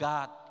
God